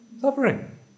Suffering